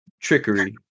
trickery